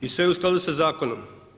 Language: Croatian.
I sve u skladu sa zakonom.